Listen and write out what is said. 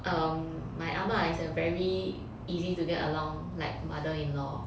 um my ah ma is a very easy to get along like mother-in-law